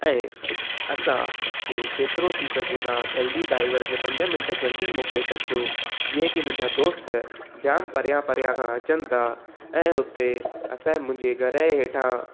ऐं असां खे जेतिरो थी सघे तव्हां जल्दी ड्राइवर खे पंज मिंट जल्दी मोकले छॾिजो जीअं की मुंहिंजा दोस्त जाम परिया परिया खां अचनि था ऐं हुते असांजे मुंहिंजे घर जे हेठां